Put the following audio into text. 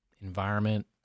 environment